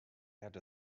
had